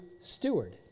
steward